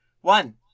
one